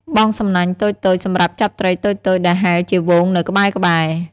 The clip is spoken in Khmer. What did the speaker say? បង់សំណាញ់តូចៗ សម្រាប់ចាប់ត្រីតូចៗដែលហែលជាហ្វូងនៅក្បែរៗ។